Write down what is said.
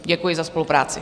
Děkuji za spolupráci.